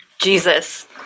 Jesus